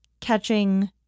catching